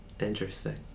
Interesting